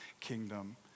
kingdom